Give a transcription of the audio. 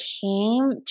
came